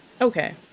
Okay